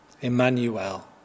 Emmanuel